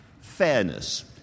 fairness